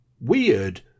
weird